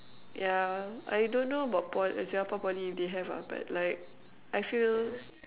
yeah I don't know about Po~ Singapore Poly if they have ah but like I feel